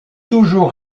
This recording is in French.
toujours